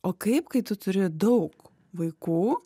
o kaip kai tu turi daug vaikų